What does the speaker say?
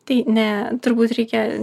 tai ne turbūt reikia